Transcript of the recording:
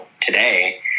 today